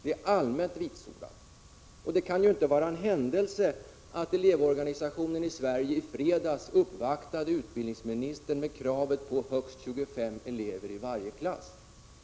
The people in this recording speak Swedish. Det är allmänt vitsordat. Det kan inte vara en händelse att Elevorganisationen i Sverige i fredags uppvaktade utbildningsministern med krav på högst 25 elever i varje klass.